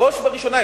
בראש ובראשונה,